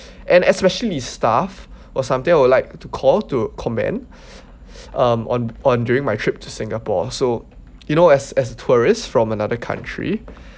and especially staff or someday I would like to call to commend um on on during my trip to singapore so you know as as a tourist from another country